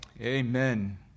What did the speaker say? Amen